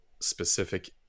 specific